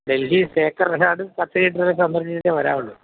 Delhi sacred heart cathedral സന്ദർശിച്ചിട്ടേ വരാവുള്ളൂ